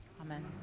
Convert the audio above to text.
Amen